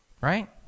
Right